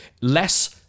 Less